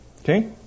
Okay